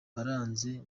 baranze